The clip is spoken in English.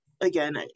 again